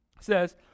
says